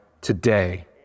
today